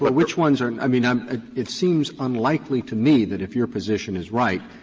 which ones are i mean, i'm it seems unlikely to me that, if your position is right,